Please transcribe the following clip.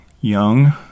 young